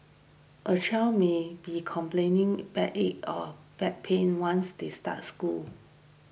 a child maybe complaining back it a back pain once they start school